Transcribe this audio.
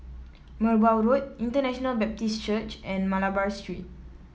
Merbau Road International Baptist Church and Malabar Street